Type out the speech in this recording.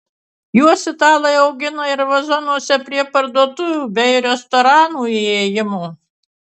juos italai augina ir vazonuose prie parduotuvių bei restoranų įėjimų